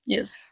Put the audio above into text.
Yes